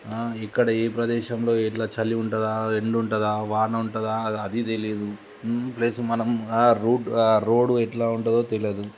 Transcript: ఇక్కడ ఏ ప్రదేశంలో ఎట్లా చలి ఉంటుందా ఎండు ఉంటుందా వాన ఉంటుందా అది తెలియదు ప్లస్ మనం రూట్ రోడ్ ఎట్లా ఉంటుందో తెలియదు